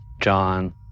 John